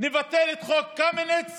נבטל את חוק קמיניץ